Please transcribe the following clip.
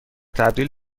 تبدیل